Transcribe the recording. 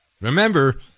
remember